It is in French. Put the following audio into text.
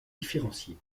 différencier